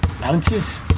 bounces